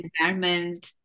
environment